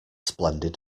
splendid